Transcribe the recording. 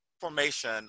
Formation